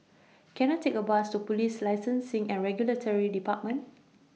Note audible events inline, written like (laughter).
(noise) Can I Take A Bus to Police Licensing and Regulatory department